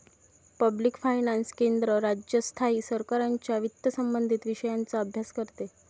public finance केंद्र, राज्य, स्थायी सरकारांच्या वित्तसंबंधित विषयांचा अभ्यास करते